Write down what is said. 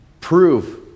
prove